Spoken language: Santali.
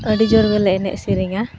ᱟᱹᱰᱤ ᱡᱳᱨᱜᱮᱞᱮ ᱮᱱᱮᱡᱼᱥᱮᱨᱮᱧᱟ